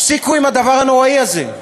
הפסיקו הדבר הנוראי הזה.